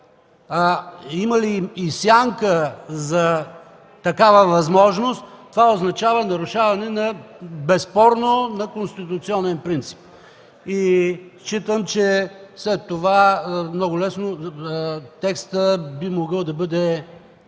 има ли и сянка за такава възможност, това означава нарушаване безспорно на конституционен принцип. И считам, че след това много лесно текстът би могъл да бъде